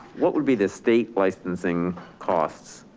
what would be this state licensing cost?